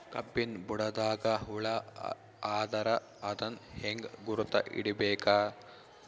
ಕಬ್ಬಿನ್ ಬುಡದಾಗ ಹುಳ ಆದರ ಅದನ್ ಹೆಂಗ್ ಗುರುತ ಹಿಡಿಬೇಕ?